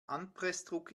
anpressdruck